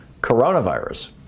coronavirus